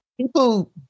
People